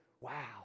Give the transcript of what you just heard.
wow